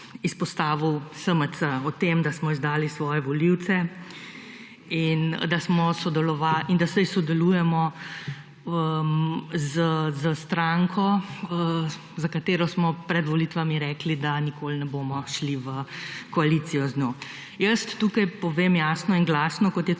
izpostavil SMC. O tem, da smo izdali svoje volivce, in da smo sodelovali, in da saj sodelujemo s stranko, za katero smo pred volitvami rekli, da nikoli ne bomo šli v koalicijo z njo. Jaz tukaj povem jasno in glasno, kot je to